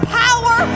power